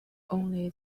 only